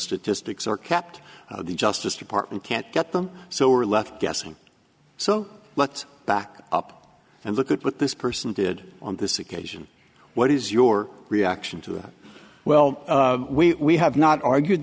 statistics are kept the justice department can't get them so we're left guessing so let's back up and look at what this person did on this occasion what is your reaction to that well we have not argued